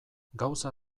gauza